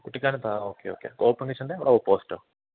കുട്ടിക്കാനത്താണോ ആ okay okay ഓപ്പൺമിഷൻ്റെ ഓപ്പസിറ്റോ